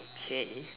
okay